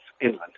inland